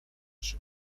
się